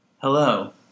Hello